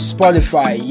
Spotify